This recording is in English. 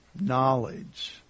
knowledge